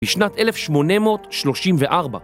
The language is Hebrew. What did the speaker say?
בשנת 1834